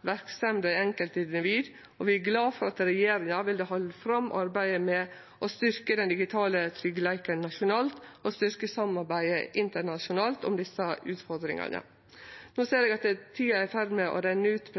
og for enkeltindivid. Vi er glade for at regjeringa vil halde fram arbeidet med å styrkje den digitale tryggleiken nasjonalt og styrkje samarbeidet internasjonalt om desse utfordringane. No ser eg at tida er i ferd med å renne ut.